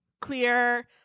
clear